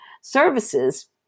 services